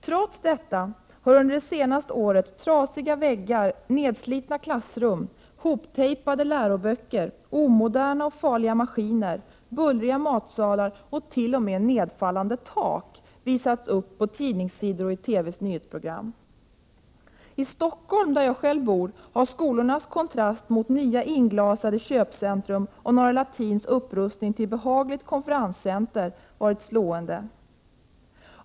Trots detta har under det senaste året trasiga väggar, nedslitna klassrum, ihoptejpade läroböcker, omoderna och farliga maskiner, bullriga matsalar och t.o.m. nedfallande tak visats upp på tidningssidor och i TV:s nyhetsprogram. I Stockholm, där jag själv bor, har kontrasten mellan skolornas upprustning och de nya inglasade köpcentrum som byggts, och också Norra Latins upprustning till behagligt konferenscenter, varit slående.